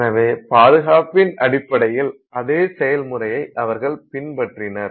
எனவே பாதுகாப்பின் அடிப்படையில் அதே செய்முறையை அவர்கள் பின்பற்றினர்